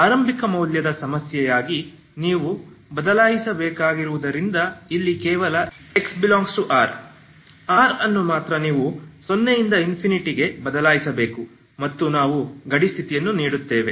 ಮತ್ತು ಆರಂಭಿಕ ಮೌಲ್ಯದ ಸಮಸ್ಯೆಯಾಗಿ ನೀವು ಬದಲಾಯಿಸಬೇಕಾಗಿರುವುದರಿಂದ ಇಲ್ಲಿ ಕೇವಲ x∈R R ಅನ್ನು ಮಾತ್ರ ನೀವು 0 ∞ ಬದಲಾಯಿಸಬೇಕು ಮತ್ತು ನಾವು ಗಡಿ ಸ್ಥಿತಿಯನ್ನು ನೀಡುತ್ತೇವೆ